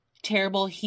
Terrible